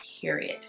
period